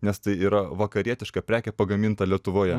nes tai yra vakarietiška prekė pagaminta lietuvoje